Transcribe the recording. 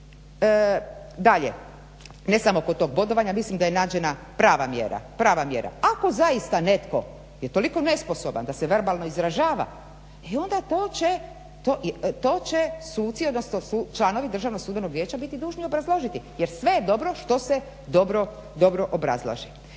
Dalje, ne samo kod tog bodovanja, mislim da je nađena prava mjera. Ako zaista je netko toliko nesposoban da se verbalno izražava e onda to će suci, odnosno članovi Državnog sudbenog vijeća biti dužni obrazložiti jer sve je dobro što se dobro obrazlaže.